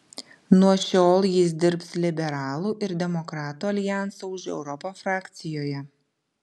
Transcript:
nuo šiol jis dirbs liberalų ir demokratų aljanso už europą frakcijoje